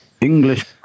English